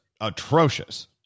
atrocious